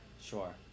Sure